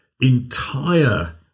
entire